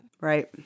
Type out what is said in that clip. Right